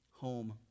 Home